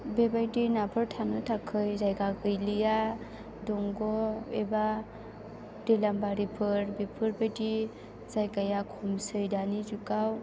बेबायदि नाफोर थानो थाखाय जायगा गैलिया दंग' एबा दैलाम बारिफोर बेफोरबायदि जायगाया खमसै दानि जुगाव